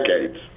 decades